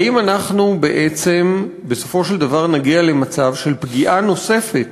האם אנחנו בעצם בסופו של דבר נגיע למצב של פגיעה נוספת